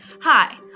Hi